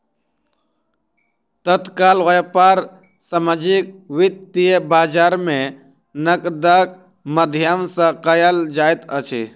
तत्काल व्यापार सामाजिक वित्तीय बजार में नकदक माध्यम सॅ कयल जाइत अछि